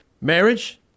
Marriage